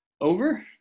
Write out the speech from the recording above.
Over